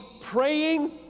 praying